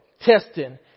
testing